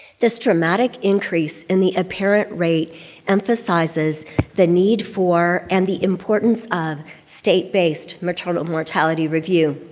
this dramatic increase in the apparent rate emphasizes the need for and the importance of state-based maternal mortality review.